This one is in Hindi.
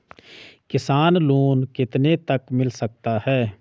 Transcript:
किसान लोंन कितने तक मिल सकता है?